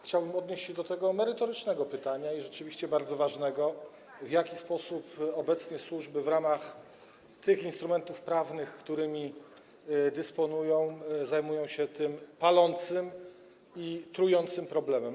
Chciałbym odnieść się do tego merytorycznego pytania, rzeczywiście bardzo ważnego, w jaki sposób obecnie służby w ramach tych instrumentów prawnych, którymi dysponują, zajmują się tym palącym i trującym problemem.